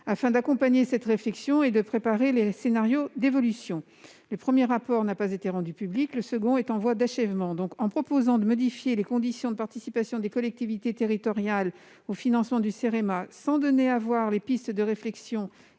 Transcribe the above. afin d'accompagner la réflexion et de préparer des scénarios d'évolution. Le premier rapport n'a pas été rendu public. Le second est en voie d'achèvement. En proposant de modifier les conditions de participation des collectivités territoriales au financement du Cerema, sans donner à voir les pistes de réflexion